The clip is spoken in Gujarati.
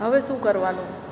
હવે શું કરવાનું